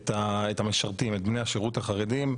את המשרתים, את בני השירות החרדיים.